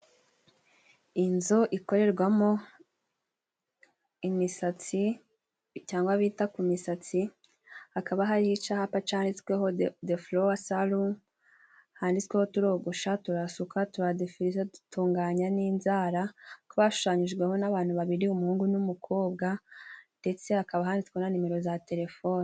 Inzu ikorerwamo imisatsi cyangwa abita ku misatsi, hakaba hari icapa canditsweho de deforowa saruni handitsweho turogosha, turasuka, tudefiriza, dutunganya n'inzara, twashushyijweho n'abantu babiri umuhungu n'umukobwa, ndetse hakaba handitsweho na nimero za telefoni.